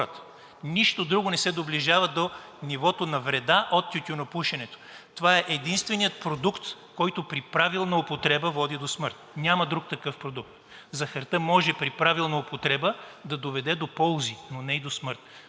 Нищо друго не се доближава до нивото на вреда от тютюнопушенето. Това е единственият продукт, който при правилна употреба води до смърт. Няма друг такъв продукт. Захарта може при правилна употреба да доведе до ползи, но не и до смърт.